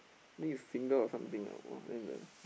think is single or something lah !wah! then the